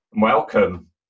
Welcome